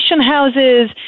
houses